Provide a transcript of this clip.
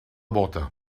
bóta